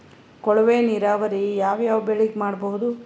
ಕೊಳವೆ ನೀರಾವರಿ ಯಾವ್ ಯಾವ್ ಬೆಳಿಗ ಮಾಡಬಹುದು?